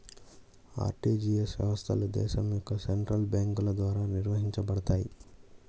RTGS వ్యవస్థలు దేశం యొక్క సెంట్రల్ బ్యేంకుల ద్వారా నిర్వహించబడతయ్